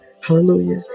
Hallelujah